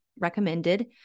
recommended